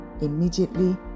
immediately